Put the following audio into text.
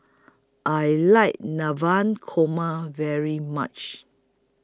I like Korma very much